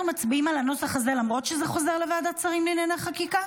אנחנו מצביעים על הנוסח הזה למרות שזה חוזר לוועדת שרים לענייני חקיקה?